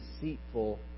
deceitful